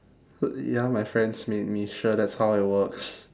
ya my friends made me sure that's how it works